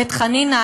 בית חנינא?